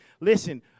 Listen